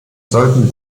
sollten